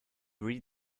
read